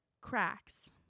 cracks